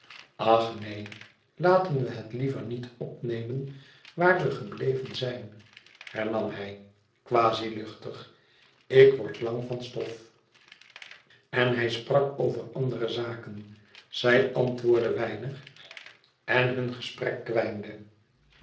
neen laten we het liever niet opnemen waar we gebleven zijn hernam hij quasi luchtig ik word lang van stof en hij sprak over andere zaken zij antwoordde weinig en hun gesprek kwijnde